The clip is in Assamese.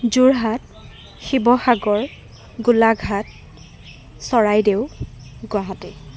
যোৰহাট শিৱসাগৰ গোলাঘাট চৰাইদেউ গুৱাহাটী